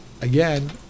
again